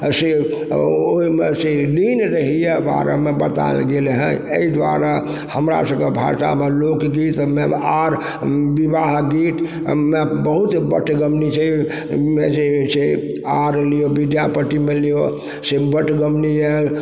से ओइमे से लीन रहइए बारेमे बतायल गेल हइ अइ दुआरे हमरा सबके भाषामे लोक गीतमे आर विवाह गीतमे बहुत बटगबनी छै जे छै आओर लिअऽ विद्यापतिमे लिअ से बटगबनी यऽ